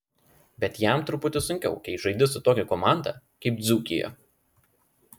bet jam truputį sunkiau kai žaidi su tokia komanda kaip dzūkija